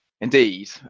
Indeed